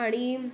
आणि